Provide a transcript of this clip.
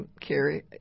Carrie